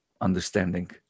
understanding